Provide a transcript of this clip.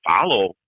follow